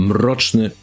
Mroczny